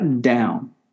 down